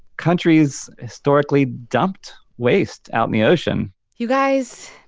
countries historically dumped waste out in the ocean you guys,